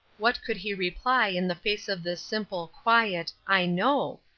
what could he reply in the face of this simple, quiet i know?